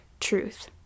truth